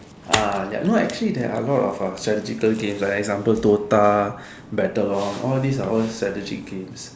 ah ya no actually there are a lot of strategical games like example D_O_T_A Battle on all these are all strategic games